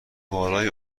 بالای